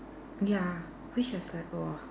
ya ah